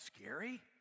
scary